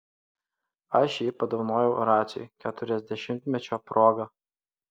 aš jį padovanojau raciui keturiasdešimtmečio proga